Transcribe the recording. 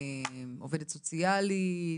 עובדת סוציאלית,